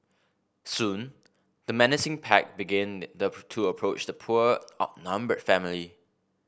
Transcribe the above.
soon the menacing pack began to approach the poor outnumbered family